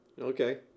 Okay